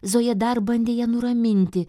zoja dar bandė ją nuraminti